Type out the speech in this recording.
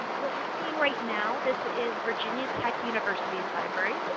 what you are seeing right now, this is virginia tech's university library.